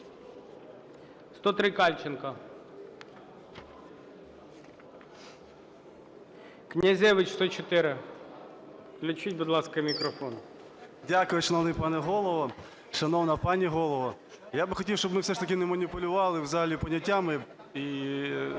103, Кальченко. Князевич, 104. Включіть, будь ласка, мікрофон. 16:21:05 КНЯЗЕВИЧ Р.П. Дякую, шановний пане Голово, шановна пані голово. Я би хотів, щоб ми все ж таки не маніпулювали в залі поняттями